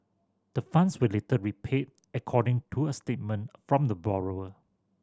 the funds were later repaid according to a statement from the borrower